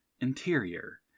interior